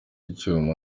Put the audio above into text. icyuma